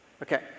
Okay